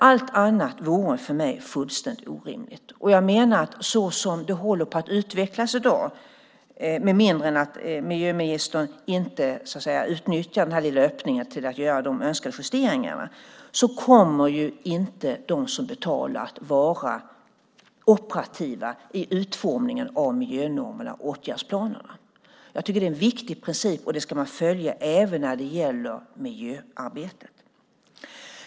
Allt annat vore för mig fullständigt orimligt. Jag menar att som det håller på att utvecklas i dag, med mindre än att miljöministern inte utnyttjar den lilla öppningen till att göra de önskade justeringarna, kommer inte de som betalar att vara operativa i utformningen av miljönormerna och åtgärdsplanerna. Jag tycker att det är en viktig princip. Det ska man följa även när det gäller miljöarbetet.